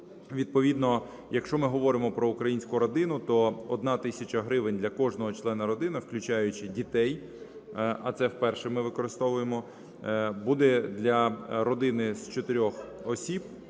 Відповідно, якщо ми говоримо про українську родину, то одна тисяча гривень для кожного члена родини, включаючи дітей, а це вперше ми використовуємо, буде для родини з